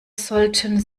sollten